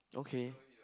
okay